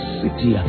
city